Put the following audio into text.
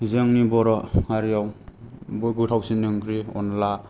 जोंनि बर' हारियाव गोथावसिन ओंख्रि अन्दला